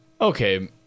okay